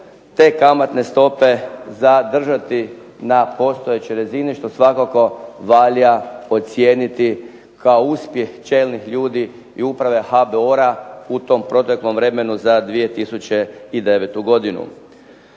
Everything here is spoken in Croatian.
te kamatne stope zadržati na postojećoj razini što svakako valja ocijeniti kao uspjeh čelnih ljudi i uprave HBOR-a u tom proteklom vremenu za 2009. godinu.